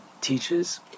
teaches